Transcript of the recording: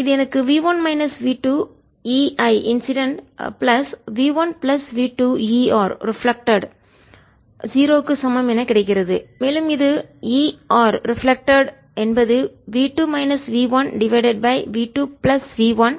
இது எனக்கு V 1 minus V 2 EI incident plus V 1 plus V ER reflected பிரதிபலிப்பு 0 க்கு சமம் என கிடைக்கும் மேலும் இது ER ரிஃப்ளெக்ட்டட் பிரதிபலிப்பு என்பது V 2 minus V 1 divided by V2 plus V1